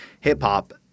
hip-hop